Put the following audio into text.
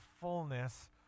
fullness